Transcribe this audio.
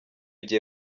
gihe